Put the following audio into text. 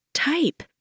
Type